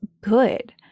good